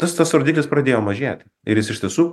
tas tas rodiklis pradėjo mažėti ir jis iš tiesų